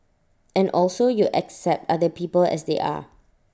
and also you accept other people as they are